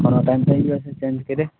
ઘણો ટાઇમ થઇ ગયો છે ચેન્જ કર્યે